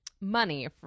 money